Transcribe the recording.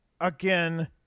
again